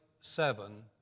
seven